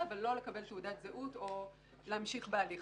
ולא לקבל תעודת זהות או להמשיך בהליך.